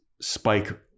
Spike